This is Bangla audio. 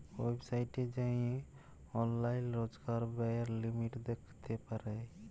ওয়েবসাইটে যাঁয়ে অললাইল রজকার ব্যয়ের লিমিট দ্যাখতে পারি